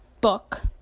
book